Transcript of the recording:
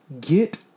Get